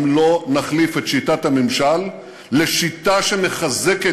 אם לא נחליף את שיטת הממשל לשיטה שמחזקת